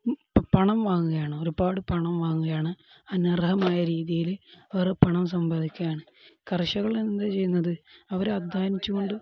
പണം വാങ്ങുകയാണ് ഒരുപാട് പണം വാങ്ങുകയാണ് അനർഹമായ രീതിയിൽ അവർ പണം സമ്പാദിക്കുകയാണ് കർഷകർ എന്ത് ചെയ്യുന്നത് അവർ അധ്വാനിച്ച് കൊണ്ട്